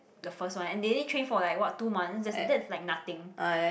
the first one and they only train for like what two months that's that's like nothing